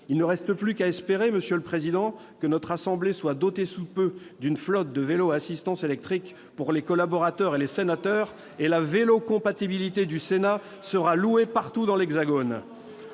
Il ne reste plus qu'à espérer, monsieur le président, que notre assemblée se dote sous peu d'une flotte de vélos à assistance électrique pour les sénateurs et les collaborateurs : la vélo-compatibilité du Sénat sera ainsi louée partout dans l'Hexagone